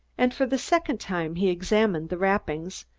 and for the second time he examined the wrappings,